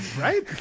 right